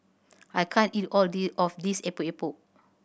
I can't eat all of this Epok Epok